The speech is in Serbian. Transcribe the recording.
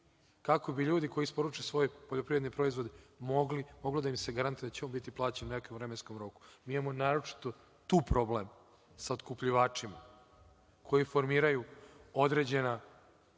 kako bi ljudima koji isporuče svoje poljoprivredne proizvode moglo da im se garantuje da će biti plaćeni u nekom vremenskom roku. Mi imamo naročito tu problem sa otkupljivačima koji formiraju određene